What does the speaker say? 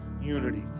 unity